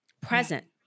present